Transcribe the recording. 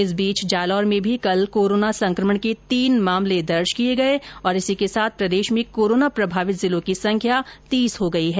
इस बीच जालोर में भी कल कोरोना संकमण के तीन मामले दर्ज किए गए और इसी के साथ प्रदेश में कोरोना प्रभावित जिलों की संख्या तीस हो गई है